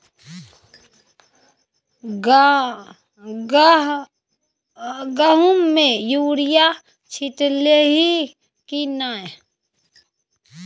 गहुम मे युरिया छीटलही की नै?